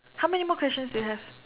how many more questions do you have